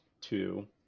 two